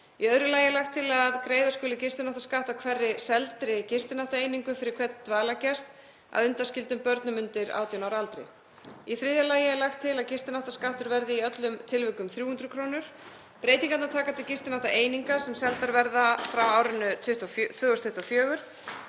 Í öðru lagi er lagt til að greiða skuli gistináttaskatt af hverri seldri gistináttaeiningu fyrir hvern dvalargest, að undanskildum börnum undir 18 ára aldri. Í þriðja lagi er lagt til að gistináttaskattur verði í öllum tilvikum 300 kr. Breytingarnar taka til gistináttaeininga sem seldar verða frá árinu 2024.